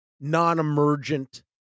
non-emergent